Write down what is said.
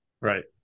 Right